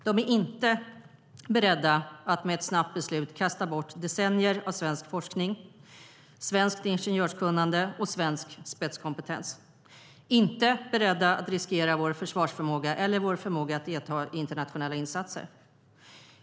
De är inte beredda att med ett snabbt beslut kasta bort decennier av svensk forskning, svenskt ingenjörskunnande och svensk spetskompetens och är inte beredda att riskera vår försvarsförmåga eller vår förmåga att delta i internationella insatser.